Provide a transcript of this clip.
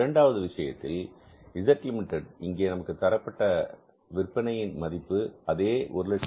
இரண்டாவது விஷயத்தில் Z limited இங்கே நமக்கு தரப்பட்ட விற்பனையின் மதிப்பு அதே 150000